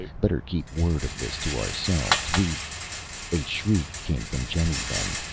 better keep word of this to ourselves. we a shriek came from jenny then.